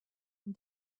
and